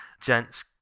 Gents